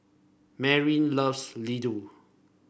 Merrill loves Ladoo